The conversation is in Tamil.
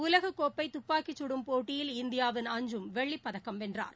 உலக கோப்பை துப்பாக்கிச் குடும் போட்டியில் இந்தியாவின் அஞ்சும் வெள்ளிப் பதக்கம் வென்றார்